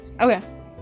Okay